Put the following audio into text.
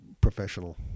professional